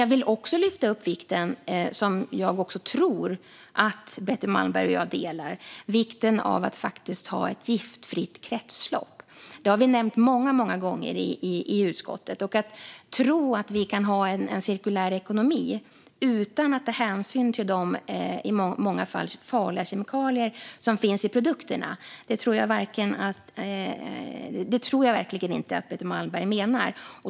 Jag vill också lyfta upp vikten, som jag också tror att Betty Malmberg och jag är överens om, av att faktiskt ha ett giftfritt kretslopp. Det har vi nämnt många, många gånger i utskottet. Vi kan inte ha en cirkulär ekonomi utan att ta hänsyn till de i många fall farliga kemikalier som finns i produkterna, och det tror jag verkligen inte att Betty Malmberg menar.